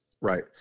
right